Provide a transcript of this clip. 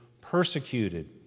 persecuted